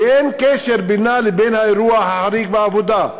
שאין קשר בינה לבין האירוע החריג בעבודה,